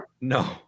No